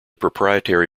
proprietary